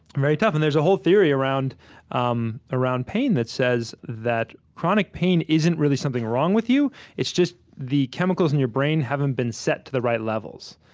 very tough. and there's a whole theory around um around pain that says that chronic pain isn't really something wrong with you it's just, the chemicals in your brain haven't been set to the right levels.